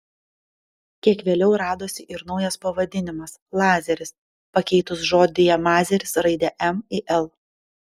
kiek vėliau radosi ir naujas pavadinimas lazeris pakeitus žodyje mazeris raidę m į l